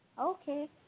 Okay